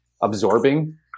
absorbing